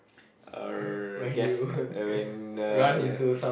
uh guess uh when uh ya